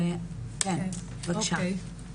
בוקר